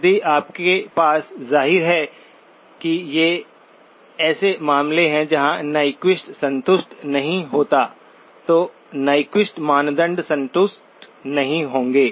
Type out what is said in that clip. यदि आपके पास जाहिर है कि ये ऐसे मामले हैं जहां न्यक्विस्ट संतुष्ट नहीं होंगे तो न्यक्विस्ट मानदंड संतुष्ट नहीं होंगे